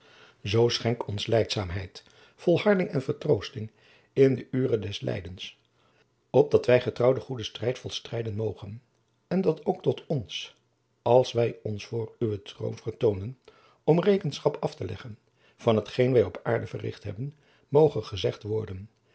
zoo schenk ons lijdzaamheid volharding en vertroosting in de ure des lijdens opdat wij getrouw den goeden strijd volstrijden mogen en dat ook tot ons als wij ons voor uwen throon vertoonen om rekenschap af te leggen van hetgeen wij op aarde verricht hebben moge gezegd worden